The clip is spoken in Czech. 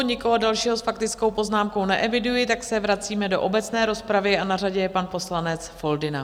Nikoho dalšího s faktickou poznámkou neeviduji, tak se vracíme do obecné rozpravy a na řadě je pan poslanec Foldyna.